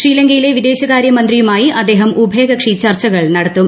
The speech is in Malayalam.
ശ്രീലങ്കയിലെ വിദേശകാര്യ മന്ത്രിയുമായി അദ്ദേഹം ഉഭയകക്ഷി ചർച്ചകൾ നടത്തും